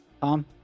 Tom